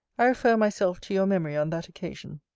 i refer myself to your memory on that occasion.